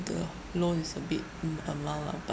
the loan is a big mm amount lah but